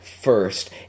first